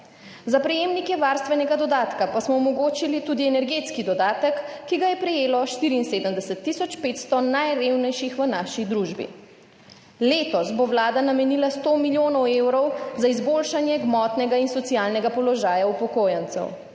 Za prejemnike varstvenega dodatka pa smo omogočili tudi energetski dodatek, ki ga je prejelo 74 tisoč 500 najrevnejših v naši družbi. Letos bo Vlada namenila 100 milijonov evrov za izboljšanje gmotnega in socialnega položaja upokojencev.